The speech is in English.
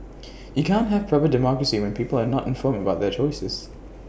you can't have A proper democracy when people are not informed about their choices